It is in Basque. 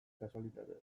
kasualitatez